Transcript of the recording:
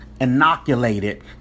inoculated